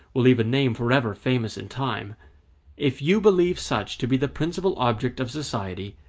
will leave a name forever famous in time if you believe such to be the principal object of society,